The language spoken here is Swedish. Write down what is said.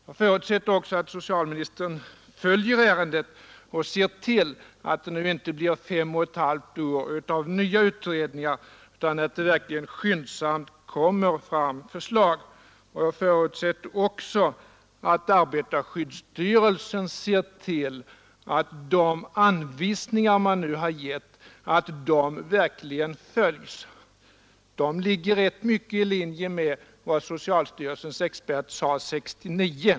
Jag förutsätter också att socialministern följer ärendet och ser till att det inte blir fem och ett halvt år av nya utredningar utan att ett förslag verkligen skyndsamt läggs fram. Jag förutsätter också att arbetarskyddsstyrelsen ser till att de anvisningar man nu har utfärdat verkligen följs. De ligger rätt mycket i linje med vad socialstyrelsens expert sade 1969.